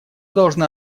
должны